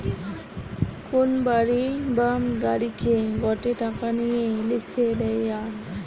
কোন বাড়ি বা গাড়িকে গটে টাকা নিয়ে লিসে দেওয়া